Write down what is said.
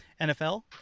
NFL